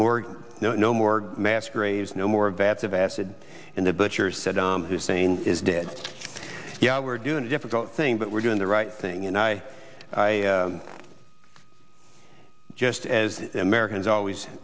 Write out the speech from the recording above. more no more mass graves no more vats of acid in the butchers said ahmed hussein is dead yeah we're doing a difficult thing but we're doing the right thing and i just as americans always